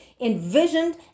envisioned